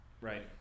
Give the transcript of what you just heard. right